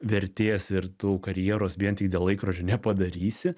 vertės ir tų karjeros vien tik dėl laikrodžio nepadarysi